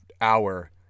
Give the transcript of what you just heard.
hour